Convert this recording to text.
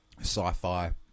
sci-fi